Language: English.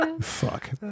fuck